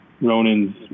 Ronan's